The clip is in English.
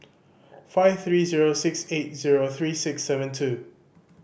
five three zero six eight zero three six seven two